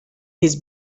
his